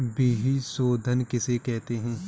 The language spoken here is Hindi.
बीज शोधन किसे कहते हैं?